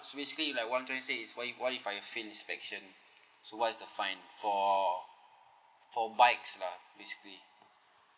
specifically like what I'm trying to say is what if what if I fail inspection so what is the fine for for bikes lah basically